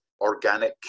organic